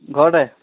ঘৰতে